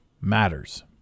matters